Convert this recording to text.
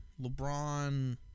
LeBron